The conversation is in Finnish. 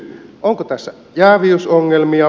onko tässä jääviysongelmia